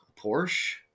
porsche